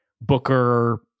Booker